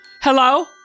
Hello